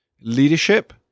Leadership